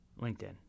LinkedIn